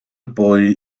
boy